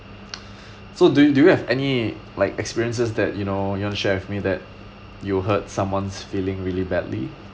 so do you do you have any like experiences that you know you want to share with me that you hurt someone's feeling really badly